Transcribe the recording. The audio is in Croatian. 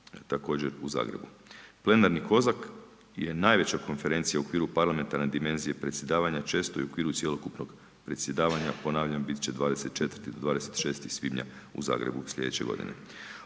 također u Zagrebu. Plenarni COSAC je najveća konferencija u okviru parlamentarne dimenzije predsjedavanja često i u okviru cjelokupnog predsjedavanja ponavljam biti će 24. ili 26. svibnja u Zagrebu sljedeće godine.